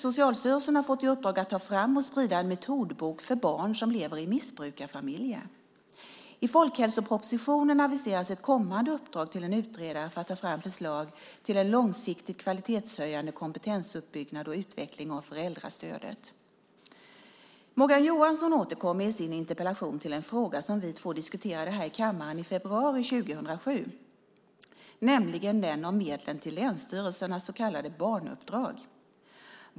Socialstyrelsen har fått i uppdrag att ta fram och sprida en metodbok för barn som lever i missbruksfamiljer. I folkhälsopropositionen aviseras ett kommande uppdrag till en utredare att ta fram förslag till en långsiktig kvalitetshöjande kompetensuppbyggnad och utveckling av föräldrastödet. Morgan Johansson återkommer i sin interpellation till en fråga som vi två diskuterade här i kammaren i februari 2007, nämligen den om medlen till länsstyrelsernas så kallade barnuppdrag.